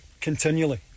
continually